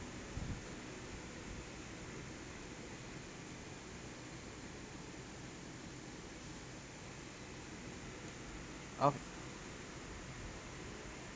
of